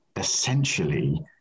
Essentially